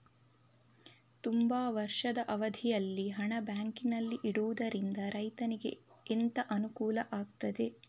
ತುಂಬಾ ವರ್ಷದ ಅವಧಿಯಲ್ಲಿ ಹಣ ಬ್ಯಾಂಕಿನಲ್ಲಿ ಇಡುವುದರಿಂದ ರೈತನಿಗೆ ಎಂತ ಅನುಕೂಲ ಆಗ್ತದೆ?